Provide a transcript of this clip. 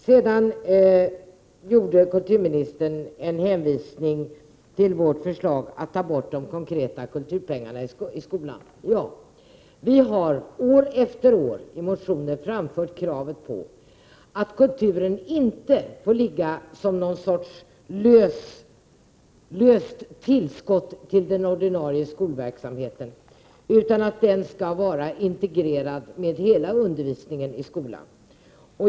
Sedan gjorde kulturministern en hänvisning till vårt förslag att ta bort de konkreta kulturpengarna i skolan. Vi har år efter år i motioner framfört kravet på att kulturen inte får ligga som någon sorts löst tillskott till den ordinarie skolverksamheten utan att den skall vara integrerad med hela undervisningen i skolan.